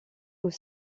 aux